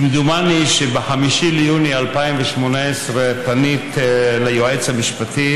כמדומני שב-5 ביוני 2018 פנית ליועץ המשפטי